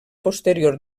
posterior